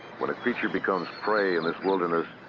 when a creature becomes prey in this wilderness,